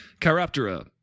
Chiroptera